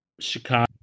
Chicago